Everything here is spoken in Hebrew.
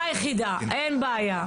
ביחידה, אין בעיה.